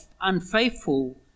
unfaithful